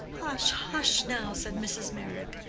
hush, hush, now, said mrs. meyrick.